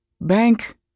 bank